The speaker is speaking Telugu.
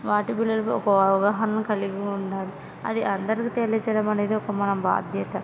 వాటి విలువపై ఒక అవగాహన కలిగి ఉండాలి అది అందరికీ తెలియచేయడం అనేది ఒక మన బాధ్యత